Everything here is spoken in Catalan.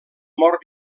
mort